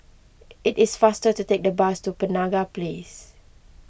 it is faster to take the bus to Penaga Place